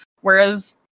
Whereas